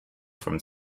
from